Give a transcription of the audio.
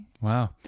Wow